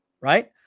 right